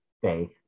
faith